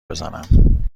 بزنم